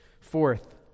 Fourth